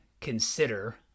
consider